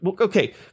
Okay